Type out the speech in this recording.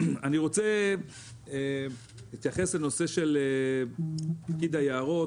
אני רוצה להתייחס לנושא פקיד היערות,